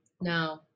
No